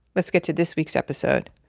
let's get to this week's episode.